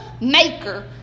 Maker